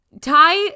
Ty